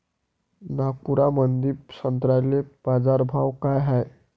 नागपुरामंदी संत्र्याले बाजारभाव काय हाय?